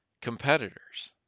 competitors